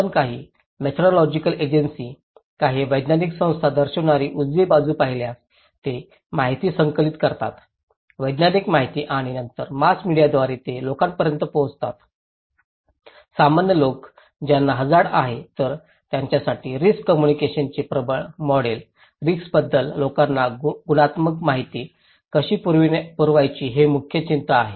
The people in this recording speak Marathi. आपण काही मेथोडोलॉजिकल एजन्सी काही वैज्ञानिक संस्था दर्शविणारी उजवी बाजू पाहिल्यास ते माहिती संकलित करतात वैज्ञानिक माहिती आणि नंतर मास मीडियाद्वारे ते लोकांपर्यंत पोहोचवतात सामान्य लोक ज्यांना हझार्ड आहे तर त्यांच्यासाठी रिस्क कोम्मुनिकेशनाचे प्रबळ मॉडेल रिस्कबद्दल लोकांना गुणात्मक माहिती कशी पुरवायची हे मुख्य चिंता आहे